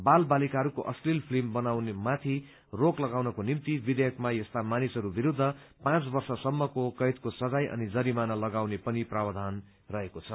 बाल बालिकाहरूको अश्लील फिल्म बनाउनमाथि रोक लगाउनको निम्ति विधेयकमा यस्ता मानिसहरू विरूद्ध पाँच वर्षसम्मको कैदको सजाय अनि जरिमाना लगाउने पनि प्रावधान रहेको छ